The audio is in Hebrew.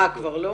אה, כבר לא?